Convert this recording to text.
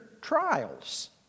trials